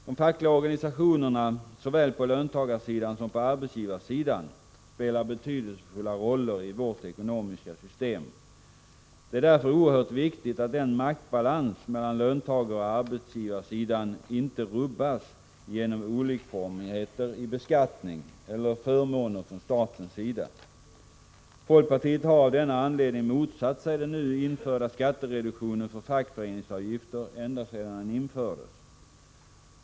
De fackliga organisationerna såväl på löntagarsidan som på arbetsgivarsidan spelar betydelsefulla roller i vårt ekonomiska system. Det är därför oerhört viktigt att maktbalansen mellan löntagarsidan och arbetsgivarsidan inte rubbas genom olikformigheter i beskattning eller i förmåner från statens sida. Folkpartiet har av denna anledning motsatt sig den nu införda skattereduktionen för fackföreningsavgifter ända sedan den infördes.